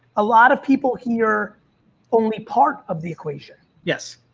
a lot of people here only part of the equation. yes.